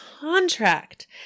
contract